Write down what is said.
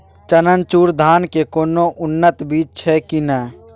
चननचूर धान के कोनो उन्नत बीज छै कि नय?